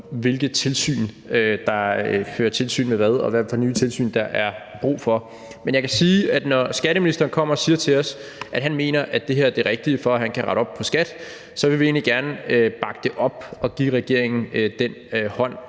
hvilket tilsyn der fører tilsyn med hvad, og hvad for nye tilsyn der er brug for. Men jeg kan sige, at når skatteministeren kommer og siger til os, at han mener, at det her er det rigtige, for at han kan rette op på skatteforvaltningen, vil vi egentlig gerne bakke det op og give regeringen den hånd